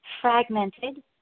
fragmented